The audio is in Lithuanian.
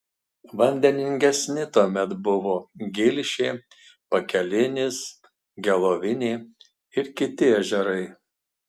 vandeningesni tuomet buvo gilšė pakelinis gelovinė ir kiti ežerai